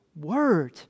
Word